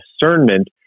discernment